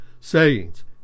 sayings